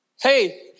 Hey